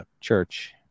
church